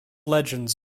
legends